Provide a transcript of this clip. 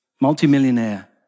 multimillionaire